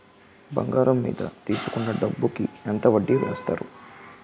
బంగారం మీద తీసుకున్న డబ్బు కి ఎంత వడ్డీ వేస్తారు?